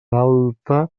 alta